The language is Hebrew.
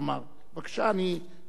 אני נותן לך, בבקשה.